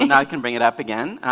and i can bring it up again